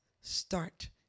start